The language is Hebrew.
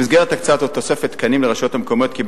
במסגרת הקצאת תוספת תקנים לרשויות מקומיות קיבל